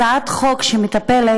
הצעת חוק שמטפלת